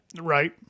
Right